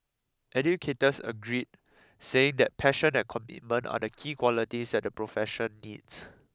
educators agreed saying that passion and commitment are the key qualities that the profession needs